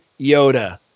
Yoda